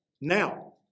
Now